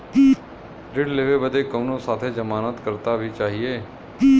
ऋण लेवे बदे कउनो साथे जमानत करता भी चहिए?